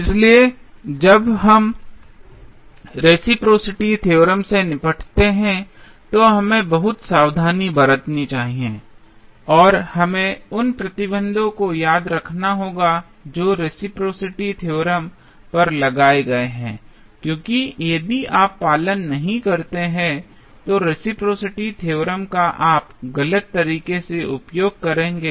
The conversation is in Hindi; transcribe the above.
इसलिए जब हम रेसिप्रोसिटी थ्योरम से निपटते हैं तो हमें बहुत सावधानी बरतनी चाहिए और हमें उन प्रतिबंधों को याद रखना होगा जो रेसिप्रोसिटी थ्योरम पर लगाए गए हैं क्योंकि यदि आप का पालन नहीं करते हैं तो रेसिप्रोसिटी थ्योरम का आप गलत तरीके से उपयोग करेंगे और हो सकता है कि सर्किट में गंभीर गलत परिणाम हो